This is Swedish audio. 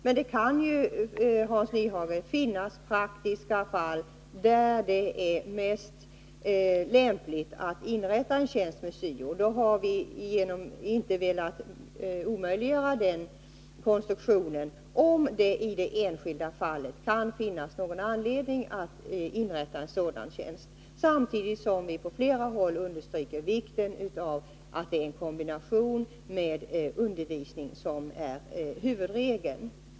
Men det kan, Hans Nyhage, finnas faktiska fall där det är mest lämpligt att inrätta en tjänst för enbart syo, och vi har inte velat omöjliggöra den konstruktionen, om det i det enskilda fallet kan finnas anledning att inrätta en sådan tjänst, samtidigt som vi på flera ställen understryker att en kombination med undervisning är huvudregeln.